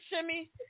shimmy